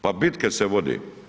Pa bitke se vode.